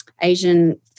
Asian